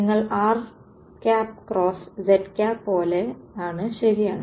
നിങ്ങൾ rˆ × zˆ പോലെയാണ് ശരിയാണ്